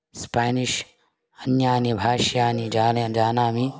Spanish अन्याः भाषाः जानन् जानामि